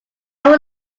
would